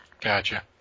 Gotcha